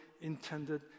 intended